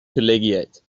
collegiate